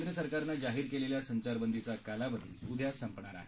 केंद्र सरकारने जाहीर केलेल्या संचारबंदीचा कालावधी उद्या संपणार आहे